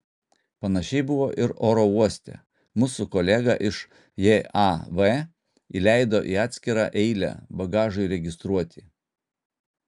panašiai buvo ir oro uoste mus su kolega iš jav įleido į atskirą eilę bagažui registruoti